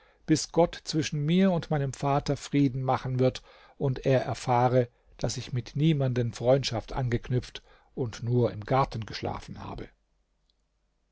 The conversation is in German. bis gott zwischen mir und meinem vater frieden machen wird und er erfahre daß ich mit niemanden freundschaft angeknüpft und nur im garten geschlafen habe